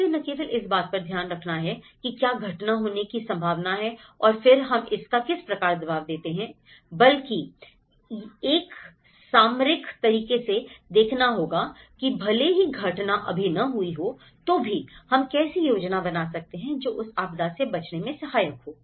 इसलिए न केवल इस बात पर ध्यान रखना है कि क्या घटना होने की संभावना है और फिर हम इसका किस प्रकार जवाब देते हैं बल्कि इसे एक सामरिक तरीके से देखना होगा की भले ही घटना अभी ना हुई हो तो भी हम कैसी योजना बना सकते हैं जो उस आपदा से बचने में सहायक हो